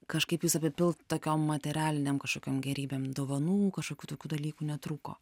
kažkaip jus apipilt tokiom materialinėm kažkokiom gėrybėm dovanų kažkokių tokių dalykų netrūko